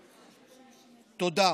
תודה.